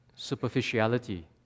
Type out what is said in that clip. Superficiality